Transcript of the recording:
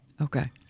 Okay